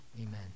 Amen